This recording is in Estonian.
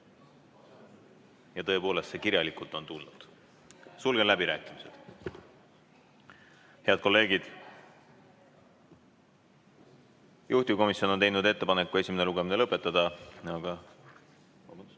Ja tõepoolest see kirjalikult on tulnud. Sulgen läbirääkimised. Head kolleegid! Juhtivkomisjon on teinud ettepaneku esimene lugemine lõpetada.